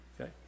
okay